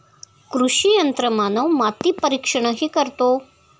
कृषी यंत्रमानव माती परीक्षणही करतो